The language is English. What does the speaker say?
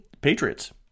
Patriots